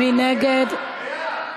מי נגד?